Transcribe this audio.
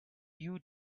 you